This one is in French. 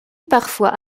parfois